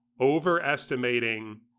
Overestimating